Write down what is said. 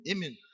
Amen